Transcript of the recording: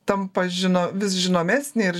tampa žino vis žinomesnė ir